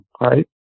right